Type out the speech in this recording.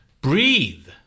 Breathe